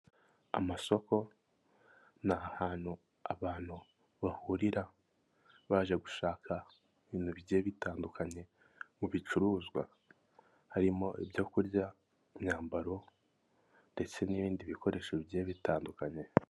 Amasoko n'ahantu abantu bahurira baje gushaka ibintu bigiye bitandukanye mu bicuruzwa harimo ibyo kurya imyambaro ndetse n'ibindi bikoresho bigiye bitandukanye.